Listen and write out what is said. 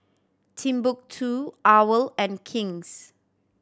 Timbuk Two owl and King's